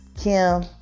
Kim